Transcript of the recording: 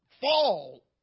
fall